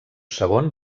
segon